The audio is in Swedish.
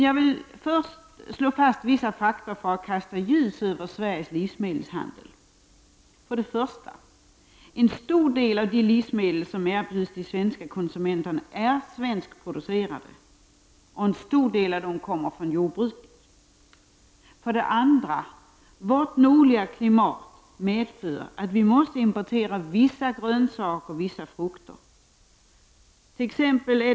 Jag vill fastslå vissa fakta för att kasta ett ljus över Sveriges livsmedelshandel. För det första är en stor del av de livsmedel som erbjuds de svenska konsumenterna svenskproducerade och stor del kommer från jordbruket. För det andra medför vårt nordliga klimat att vi måste importera vissa grönsaker och frukter.